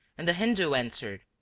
and the hindoo answered,